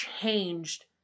changed